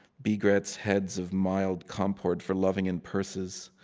begrets heads of mild comport for loving in purses.